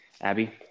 Abby